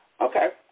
Okay